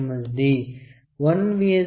D 1 V